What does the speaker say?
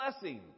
blessing